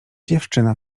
dziewczyna